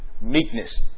Meekness